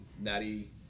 Natty